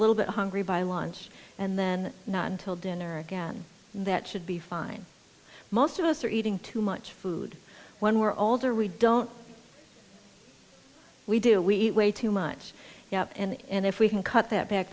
little bit hungry by lunch and then not until dinner again that should be fine most of us are eating too much food when we're older we don't we do we wait too much and if we can cut that back